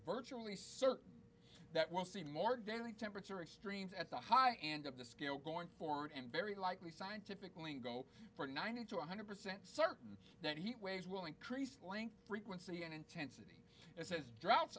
virtually certain that we'll see more daily temperature extremes at the high end of the scale going forward and very likely scientific lingo for ninety to one hundred percent certain that he waves will increase the length frequency and intensity and says droughts